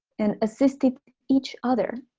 and assisted each other.